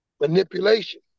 Manipulation